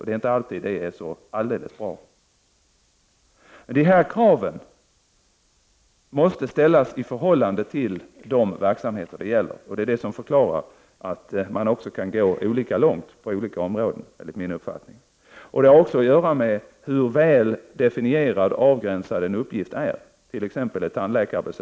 Det är inte alltid det är så alldeles bra. Dessa krav måste ställas i förhållande till de verksamheter de gäller. Det är det som förklarar att man också kan gå olika långt på olika områden, enligt min uppfattning. Det har också att göra med hur väl definierad och avgränsad en uppgift är, t.ex. ett tandläkarbesök.